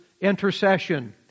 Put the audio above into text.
intercession